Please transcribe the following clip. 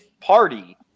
party